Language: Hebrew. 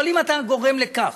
אבל אם אתה גורם לכך